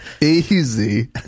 easy